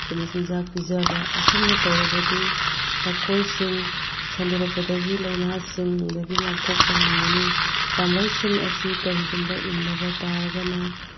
ꯃꯆꯤꯟꯖꯥꯛ ꯄꯤꯖꯕ ꯑꯁꯨꯝꯅ ꯇꯧꯔꯒꯗꯤ ꯃꯈꯣꯏꯁꯤꯡ ꯁꯟꯗꯣꯔꯛꯄꯗꯒꯤ ꯂꯥꯏꯅꯥꯁꯤꯡꯗꯒꯤ ꯉꯥꯛꯊꯣꯛꯄ ꯉꯝꯒꯅꯤ ꯄꯥꯝꯕꯩꯁꯤꯡ ꯑꯁꯤ ꯀꯔꯤꯒꯨꯝꯕ ꯏꯟꯗꯕ ꯇꯥꯔꯒꯅ